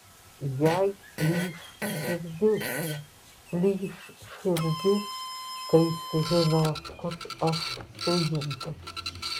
jai plyš širdis plyš širdis kai sužinos kad aš suimtas